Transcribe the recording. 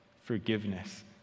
Forgiveness